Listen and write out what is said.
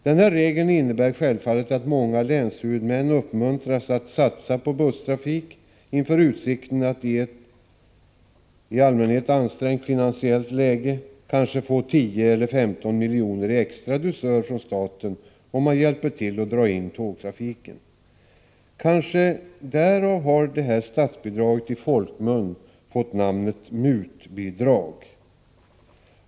Denna regel innebär självfallet att många länshuvudmän uppmuntras att satsa på busstrafik inför utsikten att i ett allmänhet ansträngt finansiellt läge kanske få 10-15 milj.kr. i extra dusör från staten om man hjälper till att dra in tågtrafiken. Kanske därav har detta statsbidrag i folkmun fått namnet ”mutbidrag”.